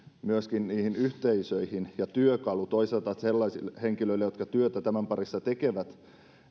myöskin niihin yhteisöihin ja toisaalta työkalu sellaisille henkilöille jotka työtä tämän parissa tekevät